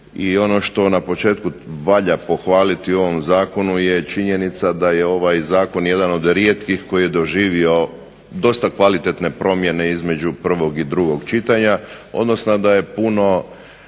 i ono što na početku valja pohvaliti u ovom zakonu je činjenica da je ovaj zakon jedan od rijetkih koji je doživio dosta kvalitetne promjene između prvog i drugog čitanja, odnosno da je puno